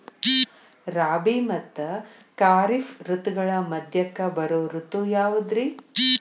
ರಾಬಿ ಮತ್ತ ಖಾರಿಫ್ ಋತುಗಳ ಮಧ್ಯಕ್ಕ ಬರೋ ಋತು ಯಾವುದ್ರೇ?